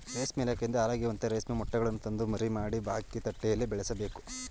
ರೇಷ್ಮೆ ಇಲಾಖೆಯಿಂದ ಆರೋಗ್ಯವಂತ ರೇಷ್ಮೆ ಮೊಟ್ಟೆಗಳನ್ನು ತಂದು ಮರಿ ಮಾಡಿ, ಚಾಕಿ ತಟ್ಟೆಯಲ್ಲಿ ಬೆಳೆಸಬೇಕು